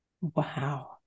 Wow